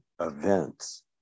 Events